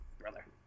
brother